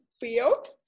field